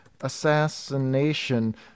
assassination